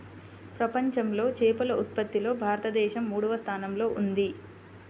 ప్రపంచంలో చేపల ఉత్పత్తిలో భారతదేశం మూడవ స్థానంలో ఉంది